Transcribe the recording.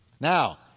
Now